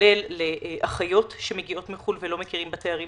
כולל אחיות שמגיעות מחו"ל ולא מכירים בתארים